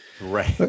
Right